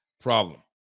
problem